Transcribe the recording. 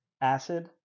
acid